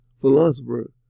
philosopher